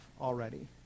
already